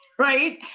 Right